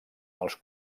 els